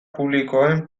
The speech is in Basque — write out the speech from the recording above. publikoen